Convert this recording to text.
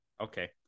okay